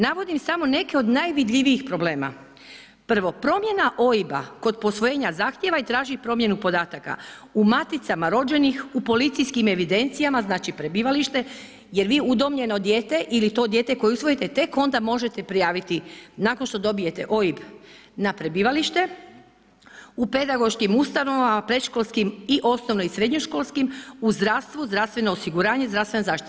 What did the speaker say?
Navodimo samo neke od najvidljivijih problema, prvo, promjena OIB-a kod posvojenja zahtijeva i traži promjenu podataka u maticama rođenih, u policijskim evidencijama, znači prebivalište jer vi udomljeno dijete ili to dijete koje usvojite tek onda možete prijaviti nakon što dobijete OIB na prebivalište, u pedagoškim ustanovama, predškolskim i osnovno i srednjoškolskim, u zdravstvu, zdravstveno osiguranje, zdravstvena zaštita.